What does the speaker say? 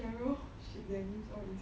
cheryl